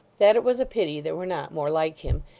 that it was a pity there were not more like him,